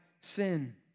sin